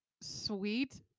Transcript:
sweet